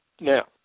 Now